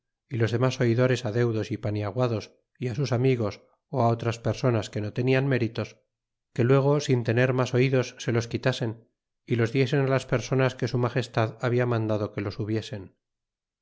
y los demas oidores deudos y paniaguados y sus amigos ó otras personas que no tenian méritos que luego sin ser mas oidos se los quitasen y los diesen las personas que su magestad habia mandado que los hubiesen